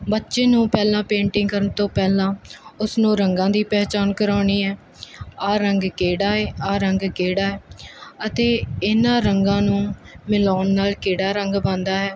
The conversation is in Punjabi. ਬੱਚੇ ਨੂੰ ਪਹਿਲਾਂ ਪੇਂਟਿੰਗ ਕਰਨ ਤੋਂ ਪਹਿਲਾਂ ਉਸਨੂੰ ਰੰਗਾਂ ਦੀ ਪਹਿਚਾਣ ਕਰਾਉਣੀ ਹੈ ਆਹ ਰੰਗ ਕਿਹੜਾ ਏ ਆਹ ਰੰਗ ਕਿਹੜਾ ਅਤੇ ਇਹਨਾਂ ਰੰਗਾਂ ਨੂੰ ਮਿਲਾਉਣ ਨਾਲ ਕਿਹੜਾ ਰੰਗ ਬਣਦਾ ਹੈ